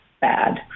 bad